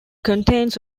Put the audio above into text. contains